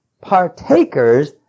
partakers